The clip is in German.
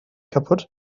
kaputt